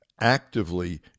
actively